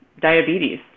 diabetes